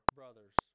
brothers